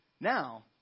Now